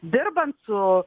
dirbant su